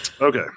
Okay